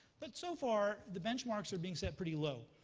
but so far, the benchmarks are being set pretty low.